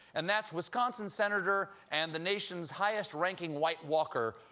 and that's wisconsin senator and the nation's highest ranking white walker,